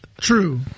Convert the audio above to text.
True